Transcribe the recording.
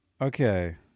Okay